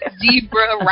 Zebra